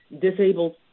disabled